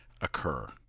occur